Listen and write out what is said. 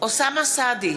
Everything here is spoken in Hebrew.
אוסאמה סעדי,